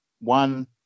one